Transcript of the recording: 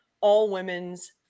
all-women's